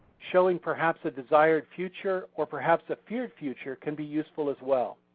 showing perhaps a desired future or perhaps a feared future can be useful as well.